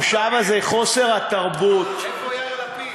חוסר התרבות, איפה יאיר לפיד?